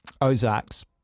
Ozarks